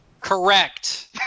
correct